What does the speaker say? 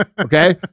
Okay